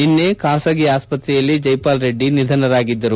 ನಿನ್ನೆ ಖಾಸಗಿ ಆಸ್ಪತ್ರೆಯಲ್ಲಿ ಜೈಪಾಲ್ ರೆಡ್ಡಿ ನಿಧನರಾಗಿದ್ದರು